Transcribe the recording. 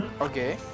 okay